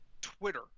Twitter